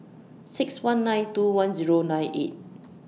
six one nine two one Zero nine eight